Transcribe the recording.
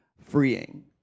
freeing